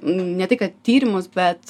ne tai kad tyrimus bet